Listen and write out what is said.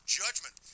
judgment